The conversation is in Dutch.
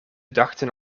dachten